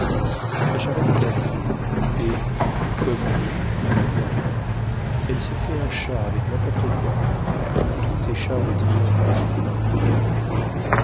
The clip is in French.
sa charrette est cassée et comme nous ma foi elle se fait un char avec n'importe quoi tout est char de triomphe à l'enfant comme à l'homme